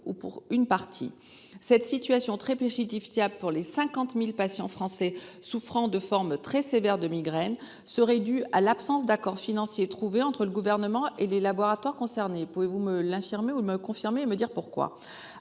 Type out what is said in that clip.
ou partie par l'État. Cette situation très préjudiciable pour les 50 000 patients français souffrant de formes très sévères de migraines serait due à l'absence d'accord financier trouvé entre le Gouvernement et les laboratoires concernés. Pouvez-vous infirmer ou confirmer une telle information